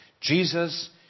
Jesus